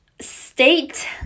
state